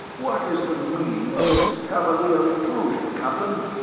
what is the meaning of this cavalier intrusion, captain?